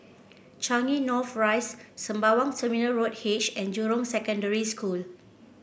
Changi North Rise Sembawang Terminal Road H and Jurong Secondary School